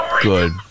Good